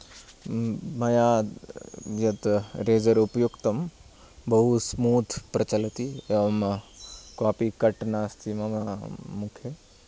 मया यत् रेजर् उपयुक्तं बहु स्मूत् प्रचलति एवं कोऽपि कट् नास्ति मम मुखे